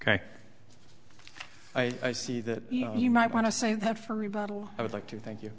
ok i see that you might want to say that for rebuttal i would like to thank you